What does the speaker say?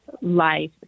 life